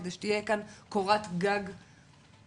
כדי שתהיה כאן קורת גג יציבה,